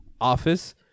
office